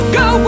go